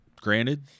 granted